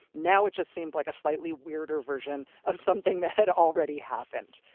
now it just seemed like a slightly weirder version of something that had already happened.